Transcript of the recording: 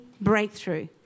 breakthrough